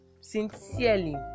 sincerely